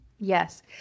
Yes